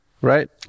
right